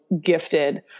gifted